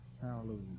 Hallelujah